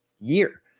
year